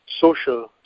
social